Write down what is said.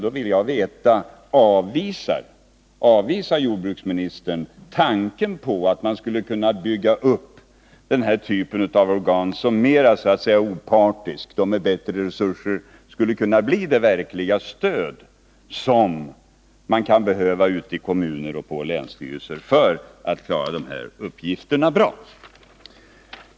Då vill jag veta: Avvisar jordbruksministern tanken på att man skulle kunna bygga upp den här typen av organ, som mer opartiskt och med bättre resurser skulle kunna bli det verkliga stöd som man kan behöva ute i kommunerna och på länsstyrelserna för att klara de här uppgifterna bra?